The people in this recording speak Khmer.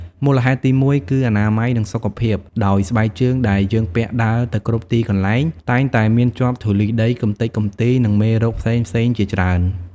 មូលហេតុទីមួយ គឺអនាម័យ និងសុខភាព ដោយស្បែកជើងដែលយើងពាក់ដើរទៅគ្រប់ទីកន្លែង តែងតែមានជាប់ធូលីដី កម្ទេចកំទី និងមេរោគផ្សេងៗជាច្រើន។